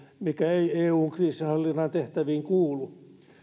mikä ei eun kriisinhallinnan tehtäviin kuulu